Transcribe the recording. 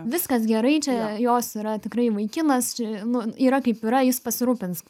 viskas gerai čia jos yra tikrai vaikinas čia nu yra kaip yra jis pasirūpins